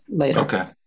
Okay